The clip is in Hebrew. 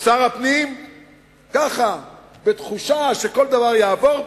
שר הפנים, ככה, בתחושה שכל דבר יעבור פה,